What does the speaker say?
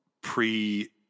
pre